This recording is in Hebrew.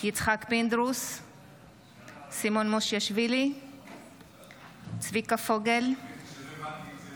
חוק ומשפט בעניין הארכת תוקף ההכרזה